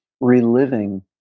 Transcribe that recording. reliving